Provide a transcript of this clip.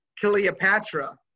Cleopatra